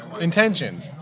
Intention